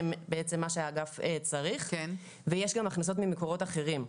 מה שהאגף צריך, ויש גם הכנסות ממקורות אחרים.